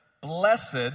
Blessed